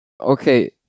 Okay